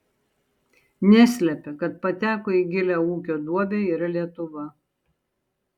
neslepia kad pateko į gilią ūkio duobę ir lietuva